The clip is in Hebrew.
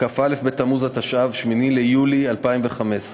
כ"א בתמוז התשע"ו, 8 ביולי 2015,